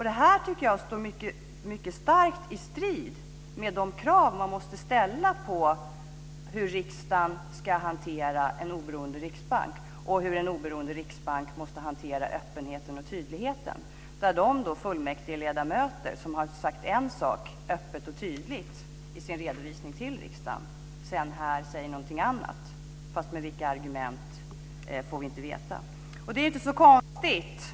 Det tycker jag står mycket starkt i strid med de krav man måste ställa på hur riksdagen ska hantera en oberoende riksbank och på hur en oberoende riksbank måste hantera öppenheten och tydligheten. De fullmäktigeledamöter som har sagt en sak öppet och tydligt i sin redovisning till riksdagen säger här något annat, fast med vilka argument får vi inte veta.